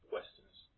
Westerners